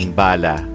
bala